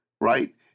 right